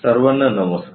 सर्वांना नमस्कार